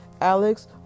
Alex